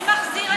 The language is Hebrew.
מי מחזיר,